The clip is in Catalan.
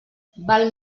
val